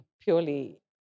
Purely